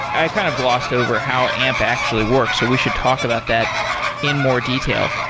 i kind of glossed over how amp actually works. so we should talk about that in more detail.